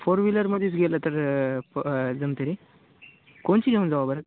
four wheeler मध्येच गेलं तर जमतय रे कोणची घेऊन जाऊ बरं